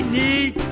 need